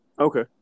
Okay